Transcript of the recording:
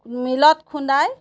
মিলত খুন্দাই